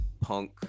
Punk